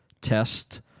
test